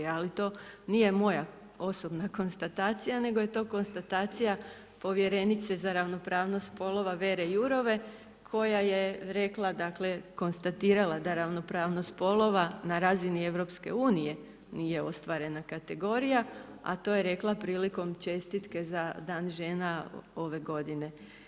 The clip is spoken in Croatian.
Ali to nije moja osobna konstatacija nego je to konstatacija povjerenice za ravnopravnost spolova Vere Jourove koja je rekla dakle konstatirala da ravnopravnost spolova na razini EU nije ostvarena kategorija a to je rekla prilikom čestitke za dan žena ove godine.